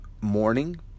morning